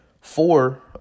four